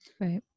Right